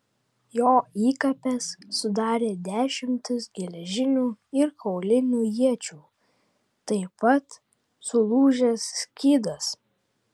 jo įkapes sudarė dešimtis geležinių ir kaulinių iečių taip pat sulūžęs skydas